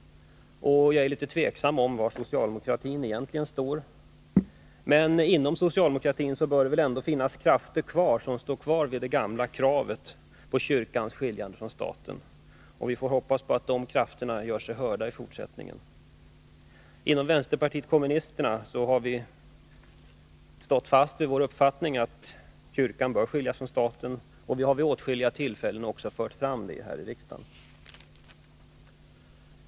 Jag är litet tveksam om var socialdemokratin egentligen står, men inom socialdemokratin bör det väl ändå finnas krafter som står kvar vid det gamla kravet på kyrkans skiljande från staten. Vi får hoppas på att de krafterna gör sig hörda i fortsättningen. Inom vänsterpartiet kommunisterna har vi stått fast vid vår uppfattning att kyrkan bör skiljas från staten, och vi har också vid åtskilliga tillfällen fört fram detta i riksdagen.